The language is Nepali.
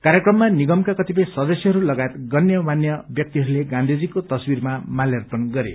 कार्यक्रममा निगमका कतिपय सदस्यहरू लगायत गण्यमान्य व्यक्तिहरूले गाँधीजीको तश्वीरमा माल्यार्पण गरे